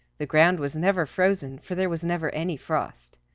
the ground was never frozen, for there was never any frost.